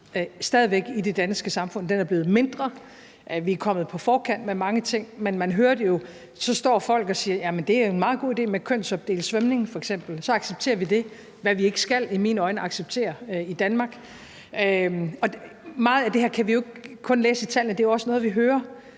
i det danske samfund. Den er blevet mindre, og vi er kommet på forkant med mange ting, men man hører det jo. Folk står og siger, at det er en meget god idé med kønsopdelt svømning f.eks., og så accepterer vi det, hvor vi ikke i mine øjne skal acceptere det i Danmark. Meget af det her kan vi jo ikke kun læse i tallene, for det er også noget, vi hører,